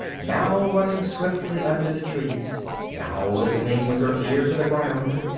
now running swiftly under the trees, now listening with her ear to the ground,